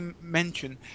mention